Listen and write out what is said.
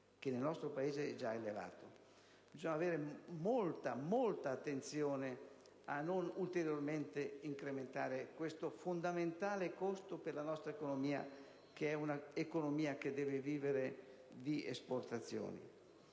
nel nostro Paese è già elevato. Bisogna avere molta attenzione a non incrementare ulteriormente questo fondamentale costo per la nostra economia, che è un'economia che deve vivere di esportazioni.